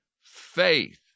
faith